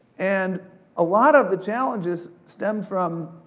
and a lot of the challenges stem from,